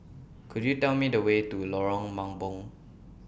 Could YOU Tell Me The Way to Lorong Mambong